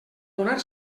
donar